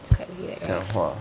讲话